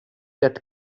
that